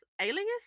alias